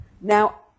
Now